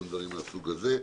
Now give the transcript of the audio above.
גם דברים מהסוג הזה.